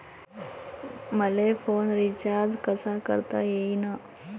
मले phone recharge कसा करता येईन?